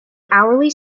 hourly